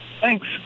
Thanks